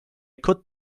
could